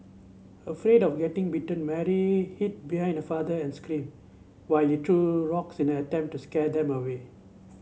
afraid of getting bitten Mary hid behind her father and screamed while threw rocks in an attempt to scare them away